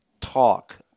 TALK